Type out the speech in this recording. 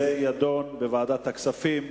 הנושא יידון בוועדת הכספים.